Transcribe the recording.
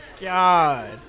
God